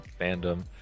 fandom